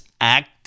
act